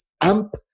AMP